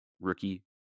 rookie